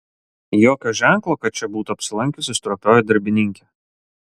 jokio ženklo kad čia būtų apsilankiusi stropioji darbininkė